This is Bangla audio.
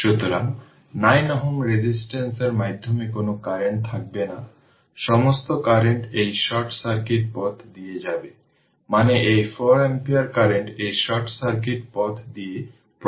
সুতরাং মূলধন I প্রত্যয় হল 0 বা আমরা ছোট i লিখতে পারি যেটি 0 যেটি t 0 এই কারেন্ট i সব সময় সম্ভবত আমরা এটা লিখছি না